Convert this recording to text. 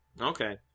Okay